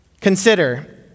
consider